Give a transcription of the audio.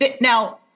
now